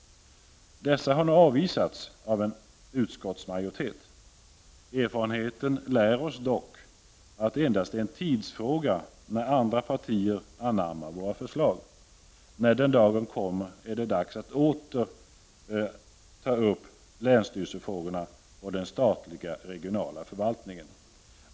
Dessa har nu avvisats av en utskottsmajoritet. Erfarenheten lär oss dock att det endast är en tidsfråga när andra partier anammar våra förslag. När den dagen kommer är det dags att åter ta upp länsstyrelsefrågorna och den statliga regionala förvaltningen.